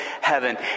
heaven